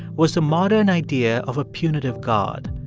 was the modern idea of a punitive god,